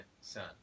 son